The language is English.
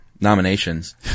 Nominations